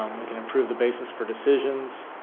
um we can improve the basis for decisions,